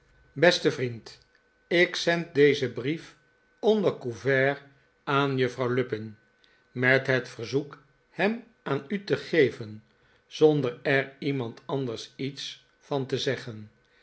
beste vriend ik zend dezen brief onder couvert aan juffrouw lupin met het verzoek em aan u te geven zonder er iemand anders iets van te zeggen